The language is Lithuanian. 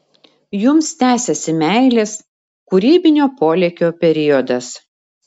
jums tęsiasi meilės kūrybinio polėkio periodas